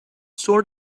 sort